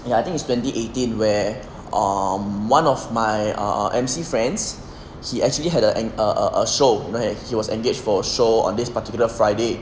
ya I think it's twenty eighteen where um one of my err err emcee friends he actually had a a a show okay he was engaged for a show on this particular friday